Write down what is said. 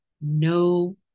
no